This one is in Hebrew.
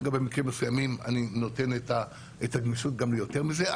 במקרים מסוימים אני נותן את הגמישות גם ליותר מזה.